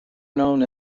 known